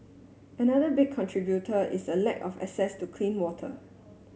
another big contributor is a lack of access to clean water